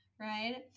right